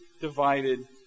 divided